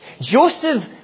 Joseph